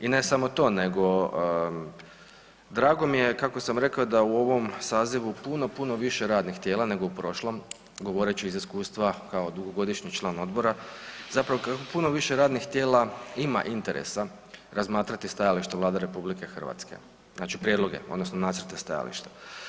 I ne samo to nego drago mi je kako sam rekao da je u ovom sazivu puno, puno više radnih tijela nego u prošlom govoreći iz iskustva kao dugogodišnji član odbora, zapravo puno više radnih tijela ima interesa razmatrati stajalište Vlade RH, znači prijedloge odnosno nacrte stajališta.